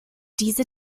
diese